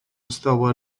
устава